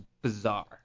Bizarre